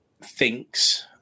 thinks